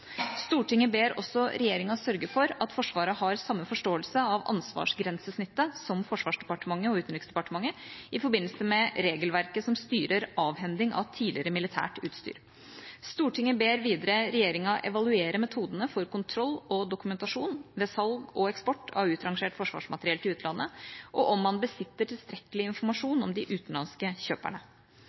Stortinget ber også regjeringa sørge for at Forsvaret har samme forståelse av ansvarsgrensesnittet som Forsvarsdepartementet og Utenriksdepartementet i forbindelse med regelverket som styrer avhending av tidligere militært utstyr. Stortinget ber videre regjeringa evaluere metodene for kontroll og dokumentasjon ved salg og eksport av utrangert forsvarsmateriell til utlandet, og om man besitter tilstrekkelig informasjon om de utenlandske kjøperne.